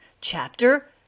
chapter